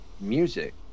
Music